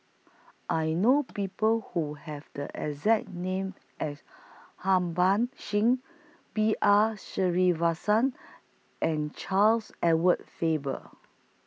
I know People Who Have The exact name as Harbans Singh B R Sreenivasan and Charles Edward Faber